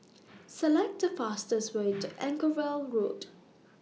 Select The fastest Way to Anchorvale Road